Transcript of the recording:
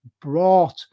brought